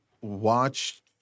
watch